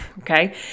Okay